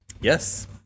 Yes